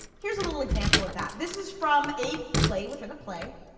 here's a little example of that, this is from a play within a play,